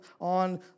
on